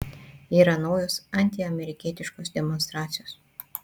yra naujos antiamerikietiškos demonstracijos